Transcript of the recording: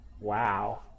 wow